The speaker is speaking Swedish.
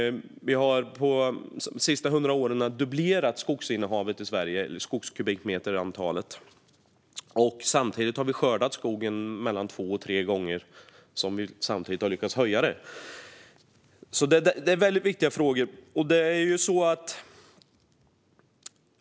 Under de senaste hundra åren har skogsinnehavet, det vill säga antalet skogskubikmeter, i Sverige dubblerats. Samtidigt som skogen har skördats två till tre gånger har vi lyckats öka mängden. Det här handlar alltså om väldigt viktiga frågor.